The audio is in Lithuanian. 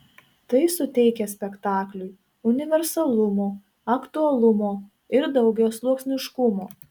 tai suteikia spektakliui universalumo aktualumo ir daugiasluoksniškumo